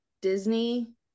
Disney